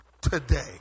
today